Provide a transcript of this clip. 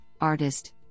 artist